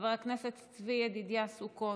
חבר הכנסת צבי ידידיה סוכות,